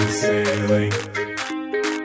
sailing